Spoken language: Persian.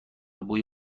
بوی